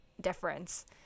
difference